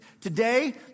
Today